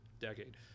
decade